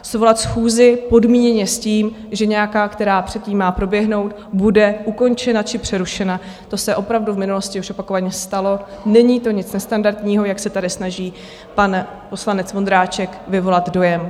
Svolat schůzi podmíněně s tím, že nějaká, která předtím má proběhnout, bude ukončena či přerušena, to se opravdu v minulosti už opakovaně stalo, není to nic nestandardního, jak se tady snaží pan poslanec Vondráček vyvolat dojem.